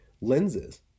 lenses